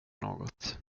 något